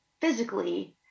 physically